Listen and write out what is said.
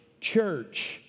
church